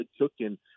cooking